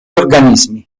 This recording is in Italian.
organismi